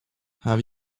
have